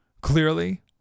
clearly